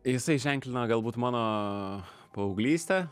jisai ženklina galbūt mano paauglystę